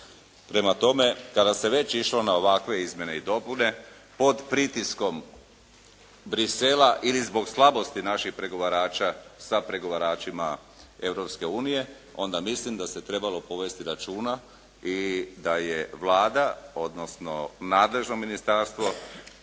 Prema tome, kada se već išlo na ovakve izmjene i dopune pod pritiskom Bruxellesa ili zbog slabosti naših pregovarača sa pregovaračima Europske unije, onda mislim da se trebalo povesti računa i da je Vlada, odnosno nadležno ministarstvo